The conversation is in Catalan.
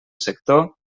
sector